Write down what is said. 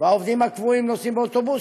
והעובדים הקבועים נוסעים באוטובוסים,